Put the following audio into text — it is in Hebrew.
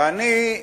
ואני,